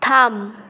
থাম